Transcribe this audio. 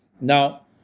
Now